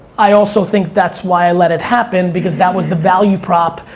i also think that's why i let it happen because that was the value prop,